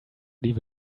leave